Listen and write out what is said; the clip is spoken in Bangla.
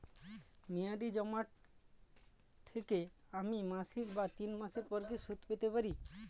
মেয়াদী জমা থেকে আমি মাসিক বা তিন মাস পর কি সুদ পেতে পারি?